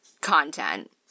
content